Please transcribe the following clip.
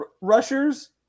rushers